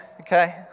Okay